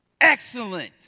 excellent